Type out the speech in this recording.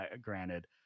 granted